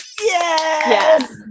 yes